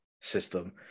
system